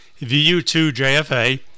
VU2JFA